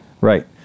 right